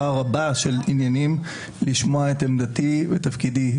רבה של עניינים לשמוע את עמדתי בתפקידי.